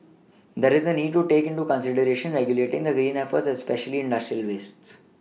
there is a need to take into consideration regulating the green efforts especially industrial wastes